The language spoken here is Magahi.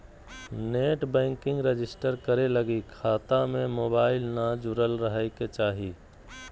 नेट बैंकिंग रजिस्टर करे लगी खता में मोबाईल न जुरल रहइ के चाही